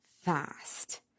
fast